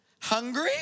Hungry